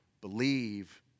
believe